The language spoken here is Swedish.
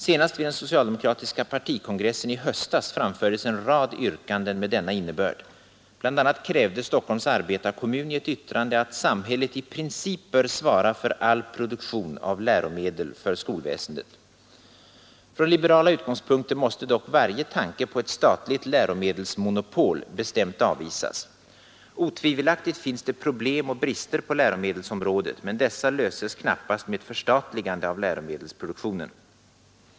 Senast vid den socialdemokratiska partikongressen i höstas framfördes en rad yrkanden med denna innebörd. BI. a. krävde Stockholms arbetarekommun i ett yttrande Nr 100 ”att samhället i princip bör svara för all produktion av läromedel för Fredagen den skolväsendet”. 25 maj 1973 Från liberala utgångspunkter måste dock varje tanke på ett statligt — läromedelsmonopol bestämt avvisas. Otvivelaktigt finns det problem och = Samhällsinsatser på brister på läromedelsområdet, men dessa undanröjes knappast med ett läromedelsområdet förstatligande av läromedelsproduktionen.